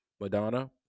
Madonna